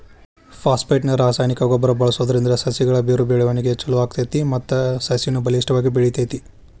phosphate ನ ರಾಸಾಯನಿಕ ಗೊಬ್ಬರ ಬಳ್ಸೋದ್ರಿಂದ ಸಸಿಗಳ ಬೇರು ಬೆಳವಣಿಗೆ ಚೊಲೋ ಆಗ್ತೇತಿ ಮತ್ತ ಸಸಿನು ಬಲಿಷ್ಠವಾಗಿ ಬೆಳಿತೇತಿ